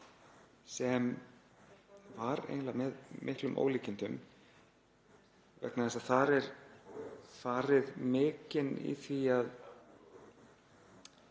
sem var eiginlega með miklum ólíkindum vegna þess að þar er farið mikinn í því að